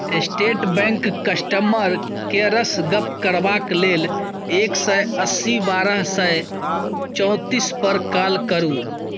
state बैंकक customer केयरसँ गप्प करबाक लेल एक सय अस्सी बारह सय चौतीस पर काँल करु